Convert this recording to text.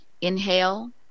inhale